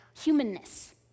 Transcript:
humanness